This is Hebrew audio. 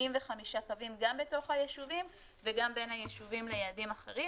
קווים גם בתוך היישובים וגם בין היישובים ליעדים אחרים.